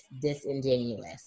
disingenuous